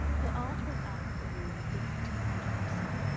her aunt went out of the room with dignity and a rustle,